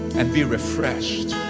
and be refreshed.